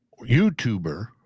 YouTuber